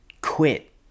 quit